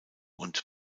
und